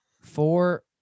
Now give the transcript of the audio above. Four